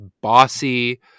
bossy